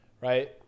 right